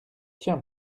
tiens